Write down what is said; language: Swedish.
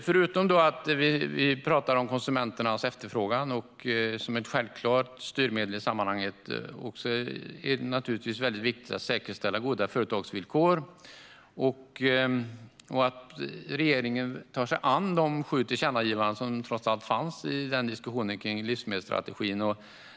Förutom att vi pratar om konsumenternas efterfrågan som ett självklart styrmedel i sammanhanget är det naturligtvis väldigt viktigt att säkerställa goda företagsvillkor och att regeringen tar sig an de sju tillkännagivanden som trots allt fanns i diskussionen kring livsmedelsstrategin.